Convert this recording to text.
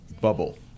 bubble